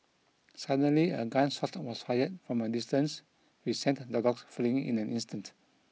suddenly a gun shot was fired from a distance which sent the dogs fleeing in an instant